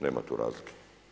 Nema tu razlike.